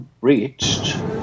reached